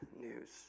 news